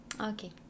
Okay